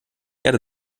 erde